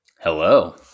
Hello